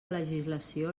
legislació